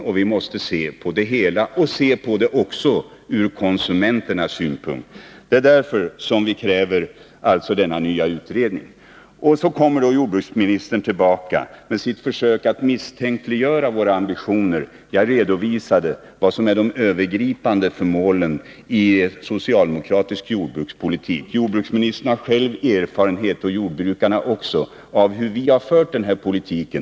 Man måste se på det hela, också ur konsumenternas synpunkt. Det är därför som vi kräver denna nya utredning. Jordbruksministern återkommer med sina försök att misstänkliggöra våra ambitioner. Jag redovisade vad som är de övergripande målen i socialdemokratisk jordbrukspolitik. Jordbruksministern och jordbrukarna har erfaren framöver när det gäller livsmedelsfö het av hur vi har fört denna politik.